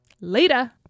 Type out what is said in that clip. later